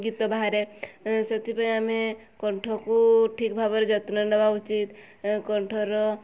ଗୀତ ବାହାରେ ସେଥିପାଇଁ ଆମେ କଣ୍ଠକୁ ଠିକ୍ ଭାବରେ ଯତ୍ନ ନେବା ଉଚିତ୍ କଣ୍ଠର